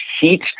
heat